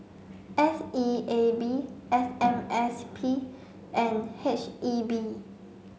S E A B F M S P and H E B